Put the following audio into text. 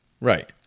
Right